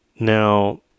Now